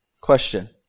Question